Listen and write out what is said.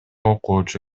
окуучу